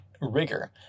rigor